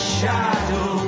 shadow